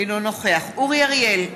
אינו נוכח אורי אריאל,